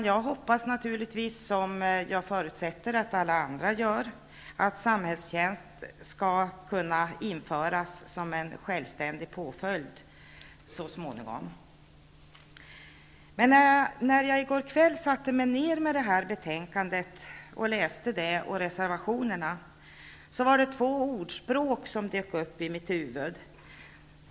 Jag hoppas naturligtvis, som jag förutsätter att alla andra gör, att samhällstjänst skall kunna införas som en självständig påföljd så småningom. När jag i går kväll satt och läste betänkandet och reservationerna till det dök två ordspråk upp i mitt huvud.